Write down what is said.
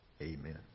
Amen